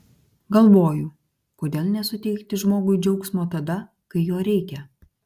galvoju kodėl nesuteikti žmogui džiaugsmo tada kai jo reikia